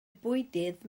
bwydydd